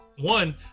One